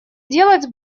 делать